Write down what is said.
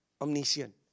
omniscient